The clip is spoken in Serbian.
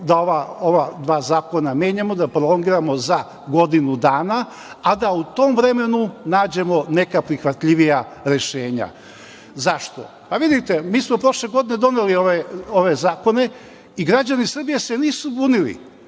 da ova dva zakona menjamo, da prolongiramo za godinu dana, a da u tom vremenu nađemo neka prihvatljivija rešenja. Zašto? Pa, vidite mi smo prošle godine doneli ove zakone i građani Srbije se nisu bunili.